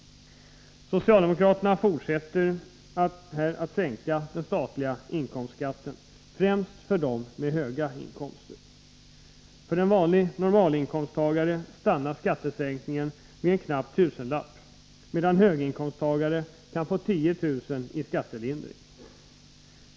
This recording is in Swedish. Socialdemokraterna fortsätter här att sänka den statliga inkomstskatten främst för dem med höga inkomster. För en vanlig normalinkomsttagare stannar skattesänkningen vid en knapp tusenlapp, medan höginkomsttagare kan få 10 000 kr. i skattelindring.